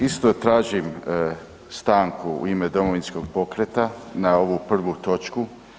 Isto tražim stanku u ime Domovinskog pokreta na ovu prvu točku.